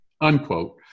unquote